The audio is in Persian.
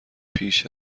پیش